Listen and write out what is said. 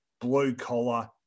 blue-collar